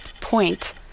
point